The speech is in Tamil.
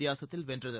வித்தியாசத்தில் வென்றது